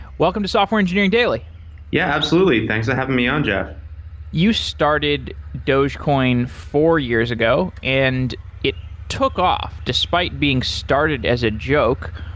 welcome to software engineering daily yeah, absolutely. thanks for ah having me on, jeff you started dogecoin four years ago and it took off despite being started as a joke.